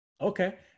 Okay